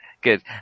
good